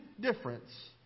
difference